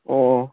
ꯑꯣ